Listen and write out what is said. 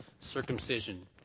circumcision